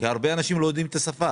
כי הרבה אנשים לא יודעים את השפה